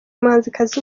umuhanzikazi